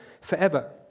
forever